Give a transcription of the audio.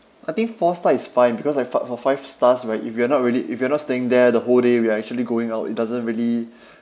I think four star is fine because I felt for five stars right if you're not really if you're not staying there the whole day we are actually going out it doesn't really